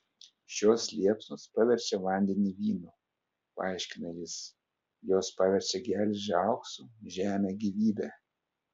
šios liepsnos paverčia vandenį vynu paaiškina jis jos paverčia geležį auksu žemę gyvybe